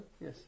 Yes